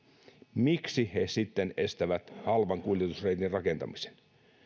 miksi he sitten estävät halvan kuljetusreitin rakentamisen